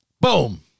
Boom